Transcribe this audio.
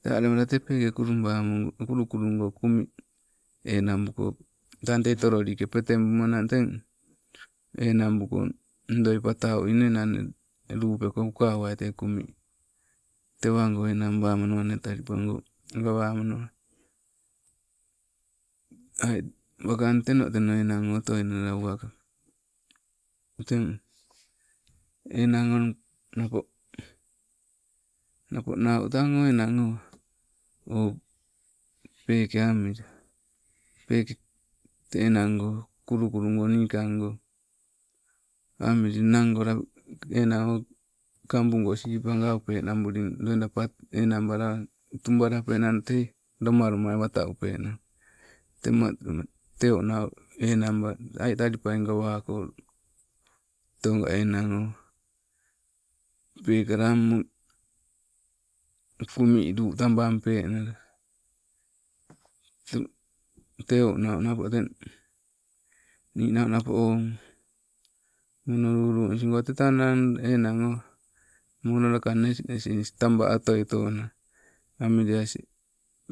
Tee aleo te peeke kulubamo, kulukulugo kumii enang buko, tang te tololike patem bumanan teng, enang buko ndoo patau inee inang lupeeko uka uwai tee kumii. Tewago enanambamanawago nee talipago, gawamanawa aii wakang teno teno enang oh otoina la uwaka, teng enang o napo, napo nau tang o enang o pekee amilli peke enango kulu kulugo nikango, amili nango, enang o kambungo sipaa gau penambulin loida pat- enabalewai tubalapenang ee lomalomai wataa upenan temoo teu nau enan aii talipai gawoko, tee oga enan, o peekala amili, kumi luu tabampenala. Te teu nau napo, teng niinau napo owama. Mono lulunisigo tetang la enang o mono lakang nesnes nis tabaa otoitoai, amiliasin